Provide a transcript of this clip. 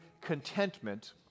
contentment